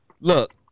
Look